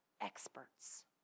experts